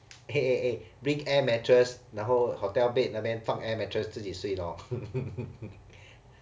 eh eh eh bring air mattress 然后 hotel bed 那边放 air mattress 自己睡 lor